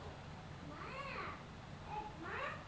aquaculture চাষের ভালো পরভাব পরকিতির উপরে পড়ে